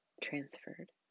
transferred